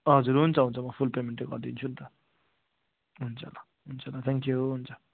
हजुर हुन्छ हुन्छ म फुल पेमेन्टै गरिदिन्छु नि त हुन्छ ल हुन्छ ल थ्याङ्क्यु हुन्छ